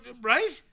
right